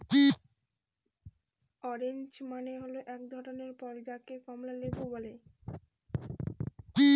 orange মানে হল এক ধরনের ফল যাকে কমলা লেবু বলে